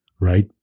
right